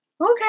okay